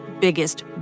biggest